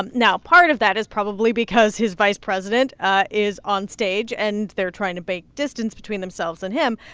um now part of that is probably because his vice president is on stage, and they're trying to bake distance between themselves and him.